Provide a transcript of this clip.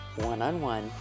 one-on-one